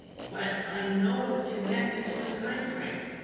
but i know it's connected to a time frame